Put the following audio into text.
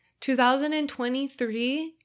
2023